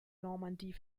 normandie